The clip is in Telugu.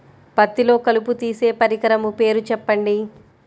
పత్తిలో కలుపు తీసే పరికరము పేరు చెప్పండి